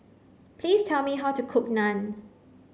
please tell me how to cook Naan